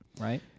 Right